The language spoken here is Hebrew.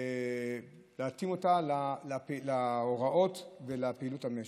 ולהתאים אותה להוראות ולפעילות המשק.